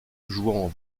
jouant